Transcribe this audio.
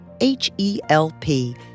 H-E-L-P